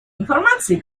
информации